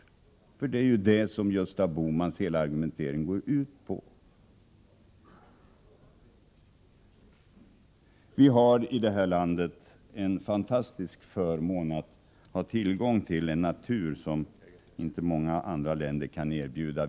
Det är ju detta som Gösta Bohmans hela argumentering går ut på. Vi har här i landet en fantastisk förmån att ha tillgång till en natur som inte många andra länder kan erbjuda.